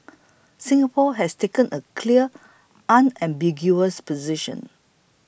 Singapore has taken a clear unambiguous position